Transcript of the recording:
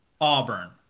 Auburn